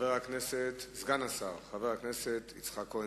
חבר הכנסת יצחק כהן.